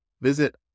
Visit